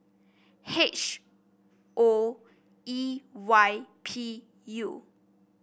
H O E Y P U